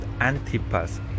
Antipas